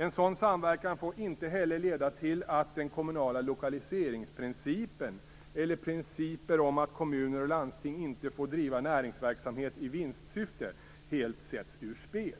En sådan samverkan får inte heller leda till att den kommunala lokaliseringsprincipen eller principer om att kommuner och landsting inte får driva näringsverksamhet i vinstsyfte helt sätts ur spel.